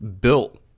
built